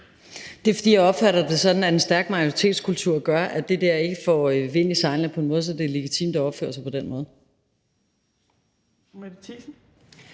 Det er, fordi jeg opfatter det sådan, at en stærk majoritetskultur gør, at det der ikke får vind i sejlene på en måde, så det bliver legitimt at opføre sig på den måde.